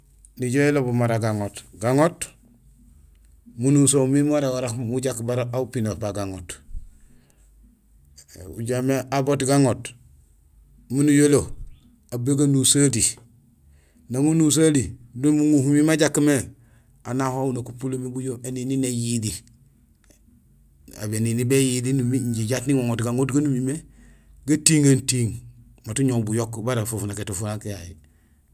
Nijoow ilobul mara gaŋoot; gaŋoot, munusoom mi muwaréén waréén mujak bala aw upinoor pa gaŋoot. Ujaam mé aw boot gaŋoot miin uyolo, aw buganusohali, nang unusoheli, muŋohumi ma jak mé aan ahu aw nak upulo mé bujoom énini néyili, éém énini béjili numiir injé jaat niŋoŋoot gaŋoot gaan umimé gatíŋeem tiiŋ, mat uñoow buyook bara fufunak étufunak yayu.